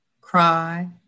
cry